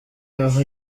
aho